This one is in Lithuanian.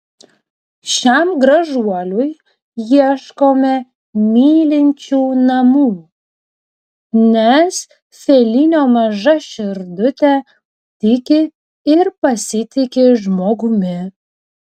šiam gražuoliui ieškome mylinčių namų nes felinio maža širdutė tiki ir pasitiki žmogumi